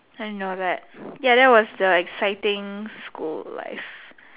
I know that ya that was the exciting school life